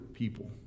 people